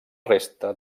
resta